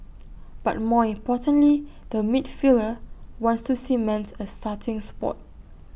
but more importantly the midfielder wants to cement A starting spot